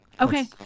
Okay